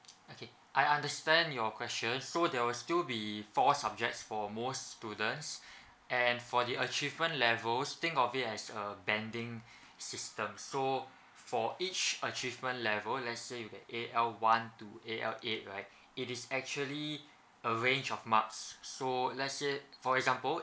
okay I understand your question so there will still be four subjects for most students and for the achievement levels think of it as a banding system so for each achievement level let's say you get A_L one to A_L eight right it is actually a range of marks so let's say for example